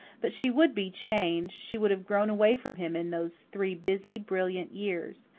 but she would be changed she would have grown away from him in those three busy, brilliant years.